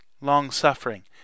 long-suffering